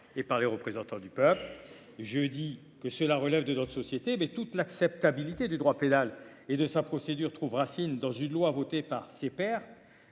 et par les représentants du peuple j'dit que cela relève de notre société, mais toute l'acceptabilité du droit pénal et de sa procédure trouve racine dans une loi votée par ses pairs,